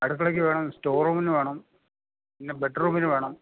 അടുക്കളയ്ക്ക് വേണം സ്റ്റോറൂമിന് വേണം പിന്നെ ബെഡ്റൂമിന് വേണം